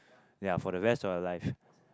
ya for the rest of your life